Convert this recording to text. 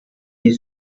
die